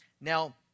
Now